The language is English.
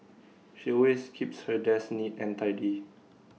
she always keeps her desk neat and tidy